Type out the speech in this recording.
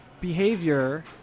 behavior